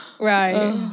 Right